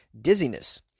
dizziness